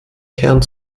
kern